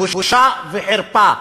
בושה וחרפה.